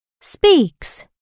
speaks